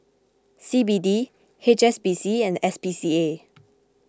C B D H S B C and S P C A